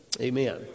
amen